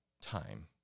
time